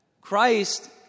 Christ